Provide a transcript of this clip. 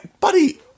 buddy